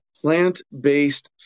Plant-based